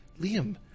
Liam